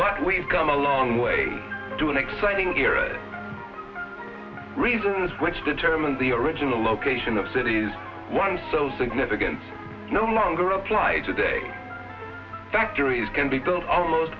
but we've come a long way to an exciting era reasons which determined the original location of the city's one so significant no longer applies today factories can be built almost